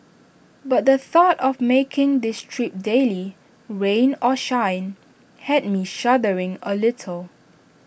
but the thought of making this trip daily rain or shine had me shuddering A little